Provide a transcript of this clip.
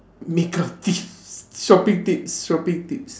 makeup tips shopping tips shopping tips